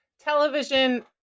television